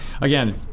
again